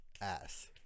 Ass